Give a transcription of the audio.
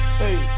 hey